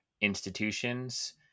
institutions